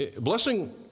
Blessing